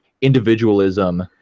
individualism